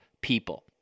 people